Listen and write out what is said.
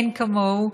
אין כמוהו,